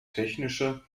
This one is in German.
technische